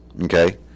okay